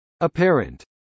Apparent